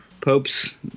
Pope's